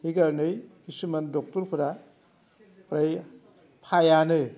हैखारने किसुमान ड'क्टरफोरा फ्राय हायानो